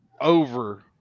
over